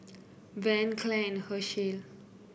Van Clair Hershel